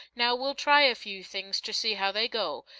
now we'll try a few things ter see how they'll go!